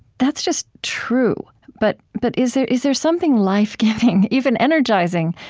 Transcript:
that's just true. but but is there is there something life-giving, even energizing,